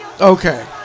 Okay